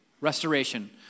restoration